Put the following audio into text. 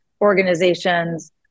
organizations